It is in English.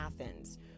athens